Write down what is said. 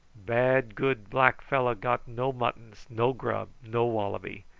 bad good black fellow got no muttons no grub no wallaby.